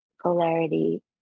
polarity